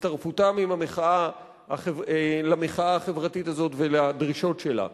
הצטרפותם למחאה החברתית הזאת ולדרישות שלה.